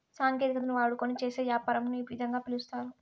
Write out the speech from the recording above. సాంకేతికతను వాడుకొని చేసే యాపారంను ఈ విధంగా పిలుస్తారు